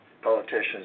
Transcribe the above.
politicians